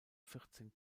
vierzehn